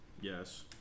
yes